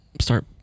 start